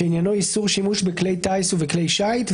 שעניינו איסור שימוש בכלי טיס ובכלי שיט,